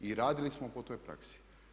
I radili smo po toj praksi.